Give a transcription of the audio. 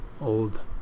old